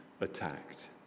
attacked